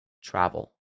Travel